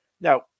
Now